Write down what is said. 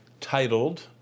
titled